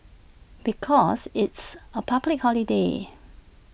because it's A public holiday